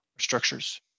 structures